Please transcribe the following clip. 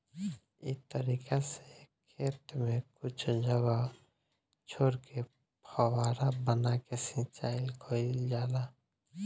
इ तरीका से खेत में कुछ जगह छोर के फौवारा बना के सिंचाई कईल जाला